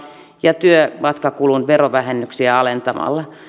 ja työmatkakulun verovähennyksiä alentamalla